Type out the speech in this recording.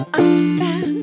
understand